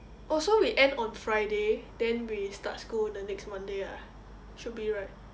oh so we end on friday then we start school the next monday ah should be right